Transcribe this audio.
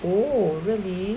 oh really